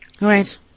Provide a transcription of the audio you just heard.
Right